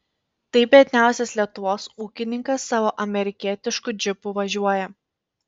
tai biedniausias lietuvos ūkininkas savo amerikietišku džipu važiuoja